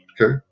okay